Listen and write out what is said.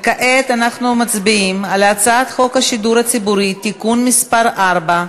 כעת אנחנו מצביעים על הצעת חוק השידור הציבורי (תיקון מס' 4),